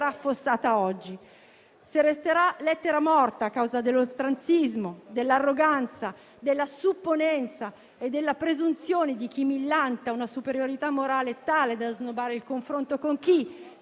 affossato oggi e resterà lettera morta a causa dell'oltranzismo, dell'arroganza, della supponenza e della presunzione di chi millanta una superiorità morale tale da snobbare il confronto con chi